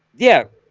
yeah,